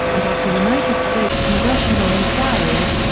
and after united states congressional inquiries,